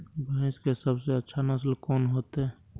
भैंस के सबसे अच्छा नस्ल कोन होते?